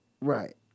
Right